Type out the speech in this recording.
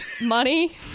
money